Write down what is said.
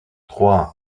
trois